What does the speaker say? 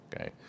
Okay